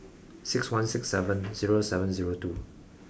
six one six seven zero seven zero two